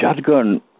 shotgun